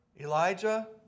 Elijah